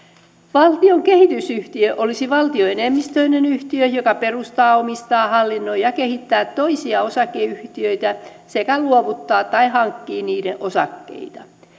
valtion kehitysyhtiö olisi valtioenemmistöinen yhtiö joka perustaa omistaa hallinnoi ja kehittää toisia osakeyhtiöitä sekä luovuttaa tai hankkii niiden osakkeita